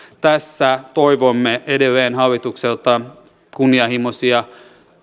tässä toivomme edelleen hallitukselta kunnianhimoisia